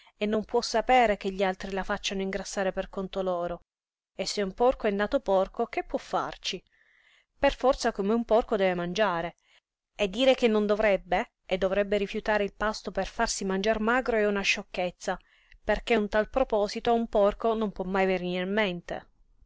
e non può sapere che gli altri la facciano ingrassare per conto loro e se un porco è nato porco che può farci per forza come un porco deve mangiare e dire che non dovrebbe e dovrebbe rifiutare il pasto per farsi mangiar magro è una sciocchezza perché un tal proposito a un porco non può mai venire in mente